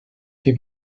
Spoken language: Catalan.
que